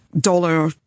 dollar